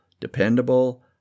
dependable